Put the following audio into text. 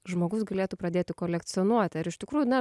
žmogus galėtų pradėti kolekcionuoti ar iš tikrųjų na